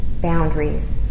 boundaries